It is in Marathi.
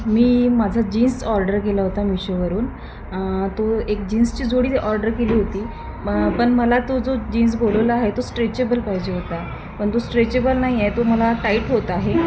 मी माझा जीन्स ऑर्डर केला होता मिशोवरून तो एक जीन्सची जोडी ऑर्डर केली होती पण मला तो जो जीन्स बोलवला आहे तो स्ट्रेचेबल पाहिजे होता पण तो स्ट्रेचेबल नाहीे आहे तो मला टाईट होत आहे